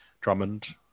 Drummond